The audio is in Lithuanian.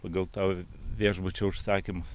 pagal to viešbučio užsakymus